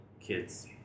kids